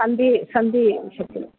सन्धिः सन्धिः शक्यः